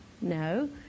No